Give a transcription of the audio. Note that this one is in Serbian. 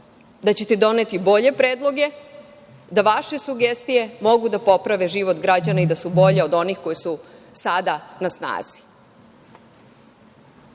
da ćete doneti bolje predloge, da vaše sugestije mogu da poprave život građana i da su bolji od onih koji su sada na snazi.